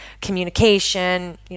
communication